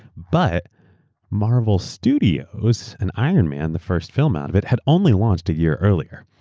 but marvel studios and iron man, the first film out of it, had only launched a year earlier.